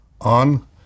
on